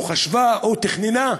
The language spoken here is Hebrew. או חשבה, או תכננה?